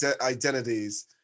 identities